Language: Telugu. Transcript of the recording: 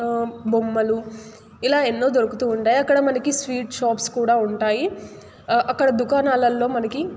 బొమ్మలు ఇలా ఎన్నో దొరుకుతూ ఉంటాయి అక్కడ మనకి స్వీట్ షాప్స్ కూడా ఉంటాయి అక్కడ దుకాణాలలో మనకి